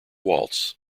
waltz